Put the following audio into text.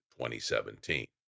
2017